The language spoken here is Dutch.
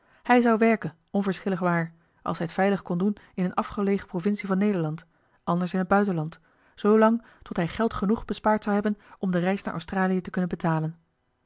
hij zou werken onverschillig waar als hij t veilig kon doen in eene afgelegen provincie van nederland anders in het buitenland zoolang tot hij geld genoeg bespaard zou hebben om de reis naar australië te kunnen betalen